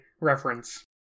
reference